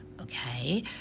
Okay